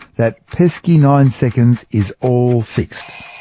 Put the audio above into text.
that pesky nine seconds is all fixed.